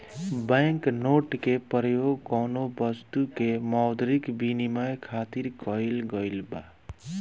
bank note के परयोग कौनो बस्तु के मौद्रिक बिनिमय खातिर कईल गइल बा